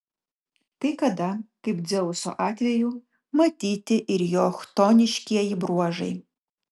kai kada kaip dzeuso atveju matyti ir jo chtoniškieji bruožai